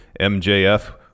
MJF